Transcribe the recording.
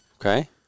Okay